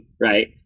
right